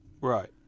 Right